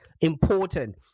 important